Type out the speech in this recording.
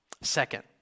Second